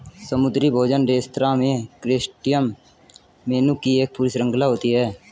समुद्री भोजन रेस्तरां में क्रस्टेशियन मेनू की एक पूरी श्रृंखला होती है